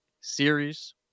Series